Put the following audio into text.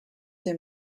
him